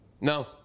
no